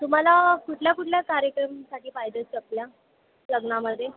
तुम्हाला कुठल्या कुठल्या कार्यक्रमासाठी पाहिजेत चपला लग्नामध्ये